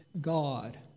God